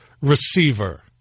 receiver